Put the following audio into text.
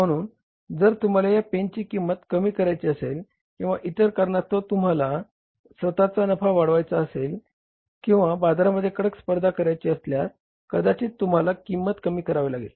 म्हणून जर तुम्हाला या पेनची किंमत कमी करायची असेल किंवा इतर कारणास्तव तुम्हाला स्वतःचा नफा वाढवायचा असेल किंवा बाजारामध्ये कडक स्पर्धा करायची असल्यास कदाचित तुम्हाला किंमत कमी करावी लागेल